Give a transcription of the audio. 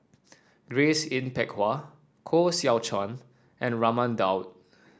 Grace Yin Peck Ha Koh Seow Chuan and Raman Daud